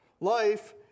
Life